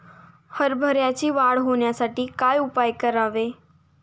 हरभऱ्याची वाढ होण्यासाठी काय उपाय करावे?